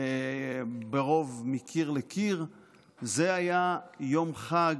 ברוב מקיר לקיר זה היה יום חג,